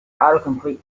autocomplete